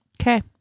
Okay